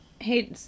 Hey